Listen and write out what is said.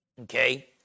okay